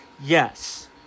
Yes